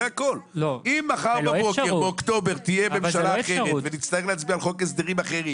אם מחר באוקטובר תהיה ממשלה אחרת ונצטרך להצביע על חוק הסדרים אחר,